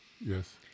Yes